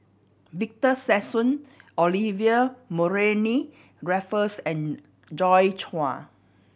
Victor Sassoon Olivia Mariamne Raffles and Joi Chua